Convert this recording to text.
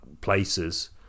places